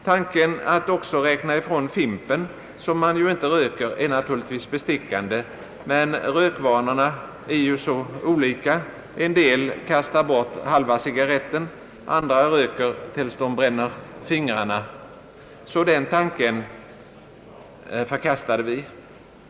Tanken att också räkna ifrån fimpen, som man inte röker, är naturligtvis bestickande, men rökvanorna är ju så olika — en del personer kastar bort halva cigarretten, andra röker tills de bränner fingrarna — så den tanken förkastade vi.